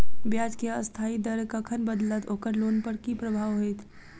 ब्याज केँ अस्थायी दर कखन बदलत ओकर लोन पर की प्रभाव होइत?